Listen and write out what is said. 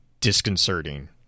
disconcerting